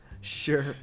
sure